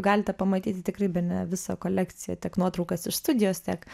galite pamatyti tikrai bene visą kolekciją tiek nuotraukas iš studijos tiek